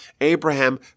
Abraham